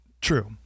True